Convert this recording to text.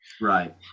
right